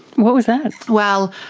what was that? well,